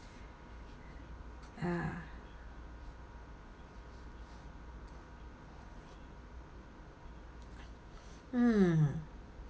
ya mm